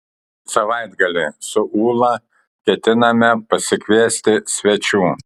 savaitgalį su ūla ketiname pasikviesti svečių